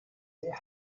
wer